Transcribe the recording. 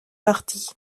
partie